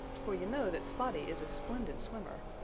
for you know that spotty is a splendid swimmer.